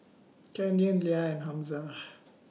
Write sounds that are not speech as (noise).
Canyon Lea and Hamza (noise)